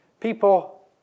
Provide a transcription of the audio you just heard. People